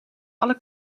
alle